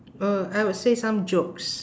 oh I would say some jokes